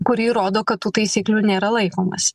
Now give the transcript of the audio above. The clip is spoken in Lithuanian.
kuri įrodo kad tų taisyklių nėra laikomasi